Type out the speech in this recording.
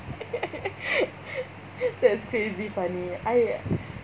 that's crazy funny I